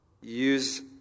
use